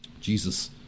Jesus